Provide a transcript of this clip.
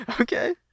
Okay